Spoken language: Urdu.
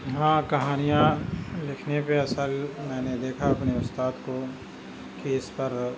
ہاں کہانیاں لکھنے پہ اصل میں نے دیکھا اپنے استاد کو کہ اس پر